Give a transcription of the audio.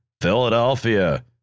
Philadelphia